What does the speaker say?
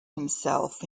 himself